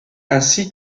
ainsi